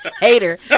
Hater